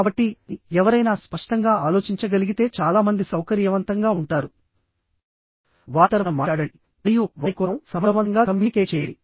కాబట్టి ఎవరైనా స్పష్టంగా ఆలోచించగలిగితే చాలా మంది సౌకర్యవంతంగా ఉంటారు వారి తరపున మాట్లాడండి మరియు వారి కోసం సమర్థవంతంగా కమ్యూనికేట్ చేయండి